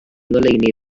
ngoleuni